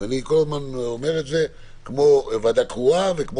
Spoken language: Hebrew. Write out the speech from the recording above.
ואני כל הזמן אומר שזה כמו ועדה קרואה וכמו